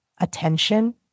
attention